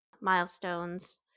Milestones